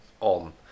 on